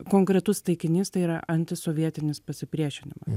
konkretus taikinys tai yra antisovietinis pasipriešinimas